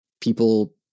people